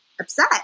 upset